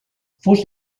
fos